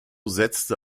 setzte